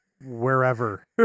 wherever